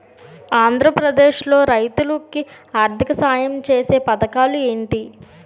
ఆంధ్రప్రదేశ్ లో రైతులు కి ఆర్థిక సాయం ఛేసే పథకాలు ఏంటి?